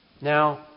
Now